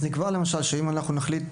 אז נקבע, למשל, שאם אנחנו נחליט